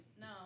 No